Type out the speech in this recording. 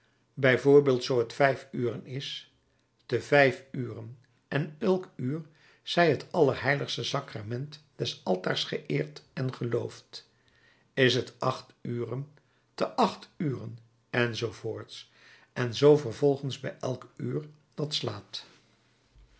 zoo het vijf uren is te vijf uren en elk uur zij het allerheiligste sacrament des altaars geëerd en geloofd is het acht uren te acht uren enz en zoo vervolgens bij elk uur dat slaat